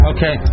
Okay